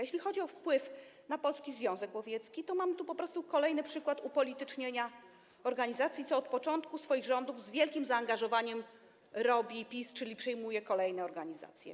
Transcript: Jeśli chodzi o wpływ na Polski Związek Łowiecki, to mamy tu po prostu kolejny przykład upolitycznienia organizacji, co od początku swoich rządów z wielkim zaangażowaniem robi PiS, czyli przejmuje kolejne organizacje.